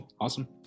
Awesome